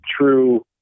true